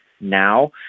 now